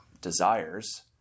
desires